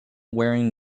wearing